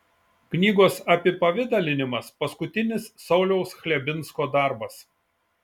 knygos apipavidalinimas paskutinis sauliaus chlebinsko darbas